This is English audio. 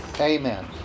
Amen